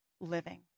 living